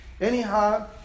anyhow